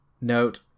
Note